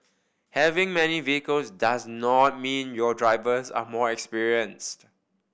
having many vehicles does not mean your drivers are more experienced